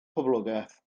poblogaidd